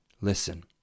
Listen